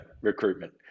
recruitment